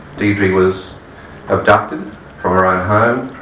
deidre was abducted from her own home,